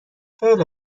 خیله